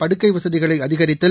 படுக்கை வசதிகளை அதிகரித்தல்